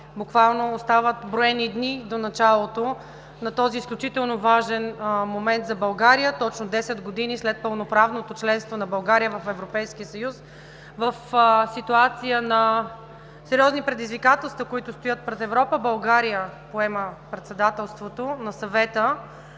буквално броени дни до началото на този изключително важен момент за България. Точно 10 години след пълноправното членство на България в Европейския съюз, в ситуация на сериозни предизвикателства, които стоят пред Европа, България поема Председателството на Съвета.